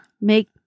Make